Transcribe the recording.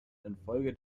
infolge